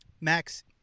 Max